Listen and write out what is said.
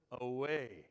away